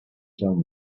tell